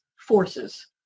Forces